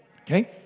Okay